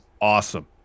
awesome